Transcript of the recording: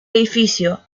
edificio